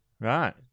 Right